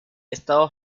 estado